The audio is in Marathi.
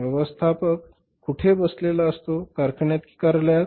व्यवस्थापक कुठे बसलेला असतो कारखान्यात कि कार्यालयात